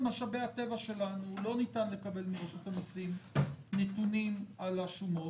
משאבי הטבע שלנו לא ניתן לקבל מראש נתונים על השומות.